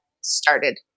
started